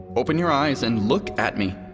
open your eyes and look at me